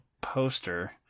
poster